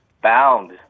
bound